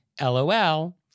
LOL